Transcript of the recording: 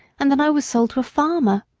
and then i was sold to a farmer.